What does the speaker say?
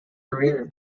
career